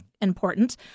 Important